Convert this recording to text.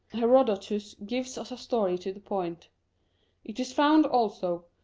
herodotus gives us a story to the point it is found also,